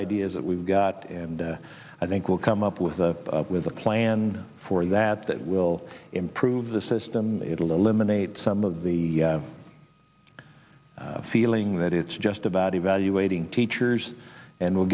ideas that we've got and i think we'll come up with a with a plan for that that will improve the system it will eliminate some of the feeling that it's just about evaluating teachers and w